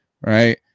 right